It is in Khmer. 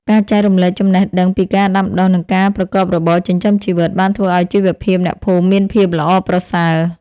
ការចែករំលែកចំណេះដឹងពីការដាំដុះ និងការប្រកបរបរចិញ្ចឹមជីវិត បានធ្វើឱ្យជីវភាពអ្នកភូមិមានភាពល្អប្រសើរ។